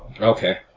Okay